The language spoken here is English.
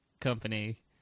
company